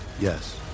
Yes